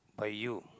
by you